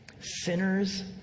Sinners